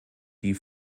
die